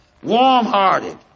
warm-hearted